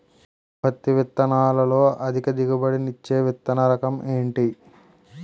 పత్తి విత్తనాలతో అధిక దిగుబడి నిచ్చే విత్తన రకం ఏంటి?